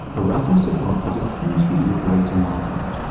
erasmus advances a hugely liberating argument.